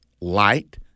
light